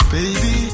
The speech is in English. Baby